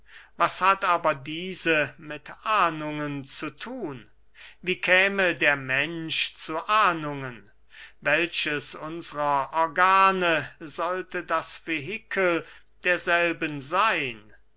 was hat aber diese mit ahnungen zu thun wie käme der mensch zu ahnungen welches unsrer organe sollte das vehikel derselben seyn